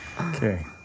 Okay